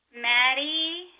Maddie